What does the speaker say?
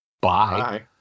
bye